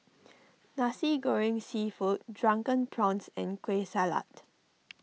Nasi Goreng Seafood Drunken Prawns and Kueh Salat